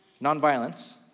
nonviolence